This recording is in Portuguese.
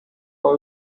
qual